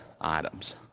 items